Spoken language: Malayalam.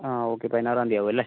ആ ഓക്കെ പതിനാറാംതീ ആകും അല്ലെ